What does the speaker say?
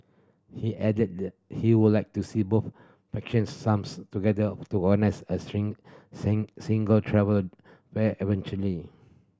he added that he would like to see both factions somes together to organise a single travel fair eventually